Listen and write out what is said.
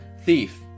thief